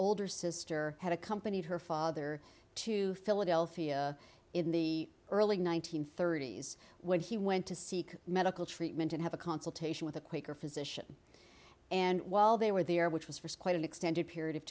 older sister had accompanied her father to philadelphia in the early one nine hundred thirty s when he went to seek medical treatment and have a consultation with a quaker physician and while they were there which was for quite an extended period of